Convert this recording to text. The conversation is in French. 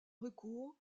recours